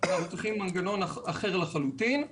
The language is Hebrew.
צריכים מנגנון אחר לחלוטין.